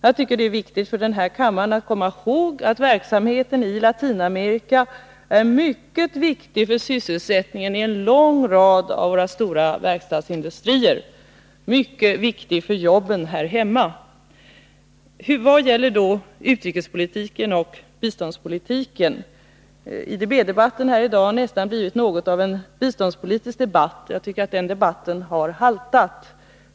Jag tycker att det är viktigt för kammarens ledamöter att komma ihåg att verksamheten i Latinamerika är mycket viktig för sysselsättningen i en lång rad av våra svenska verkstadsindustrier, mycket viktig för jobben här hemma. Vad gäller då utrikespolitiken och biståndspolitiken? IDB-debatten här i dag har nästan blivit något av en biståndspolitisk debatt, och jag tycker att den debatten har haltat.